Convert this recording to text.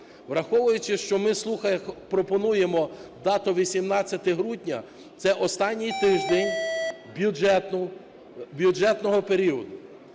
Враховуючи, що ми слухань пропонуємо дату 18 грудня – це останній тиждень бюджетного періоду.